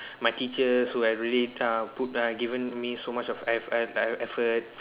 my teachers who had really uh put given me so much of eff~ effort